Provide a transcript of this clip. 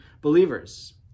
believers